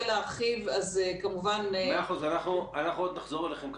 להרחיב --- אנחנו עוד נחזור אליכם כמובן.